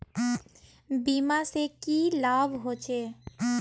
बीमा से की लाभ होचे?